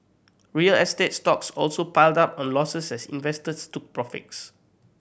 real estate stocks also piled up on losses as investors took profits